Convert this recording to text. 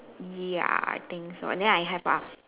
ya I think so and then I have a